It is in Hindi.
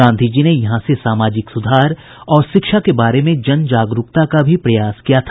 गांधी जी ने यहां से सामाजिक सुधार और शिक्षा के बारे में जन जागरुकता का भी प्रयास किया था